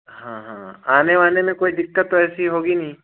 हाँ हाँ आने वाने में कोई दिक्कत तो ऐसी होगी नहीं